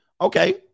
Okay